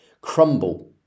Crumble